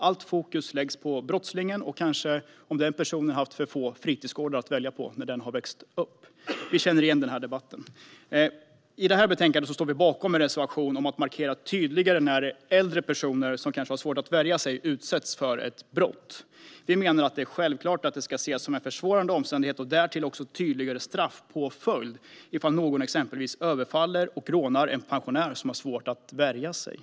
Allt fokus läggs på brottslingen och om den personen har haft för få fritidsgårdar att välja mellan när denna har växt upp. Vi känner igen debatten. I det här betänkandet står Sverigedemokraterna bakom en reservation om att markera tydligare när äldre personer, som kan ha svårt att värja sig, utsätts för ett brott. Vi menar att det är självklart att det ska ses som en försvårande omständighet och därmed leda till en tydligare straffpåföljd om någon exempelvis överfaller och rånar en pensionär som har svårt att värja sig.